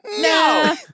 no